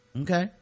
okay